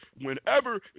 Whenever